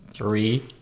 three